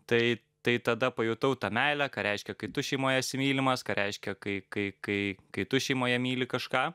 tai tai tada pajutau tą meilę ką reiškia kai tu šeimoje esi mylimas ką reiškia kai kai kai kai tu šeimoje myli kažką